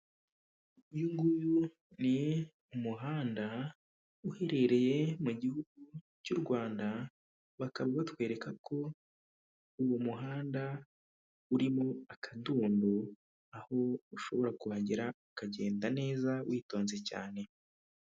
Uyu nguyu ni umuhanda uherereye mu gihugu cy'u Rwanda, bakaba batwereka ko uwo muhanda urimo akadundu, aho ushobora kuhagera ukagenda neza witonze cyane.